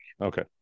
Okay